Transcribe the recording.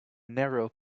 narrow